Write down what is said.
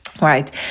Right